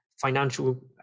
financial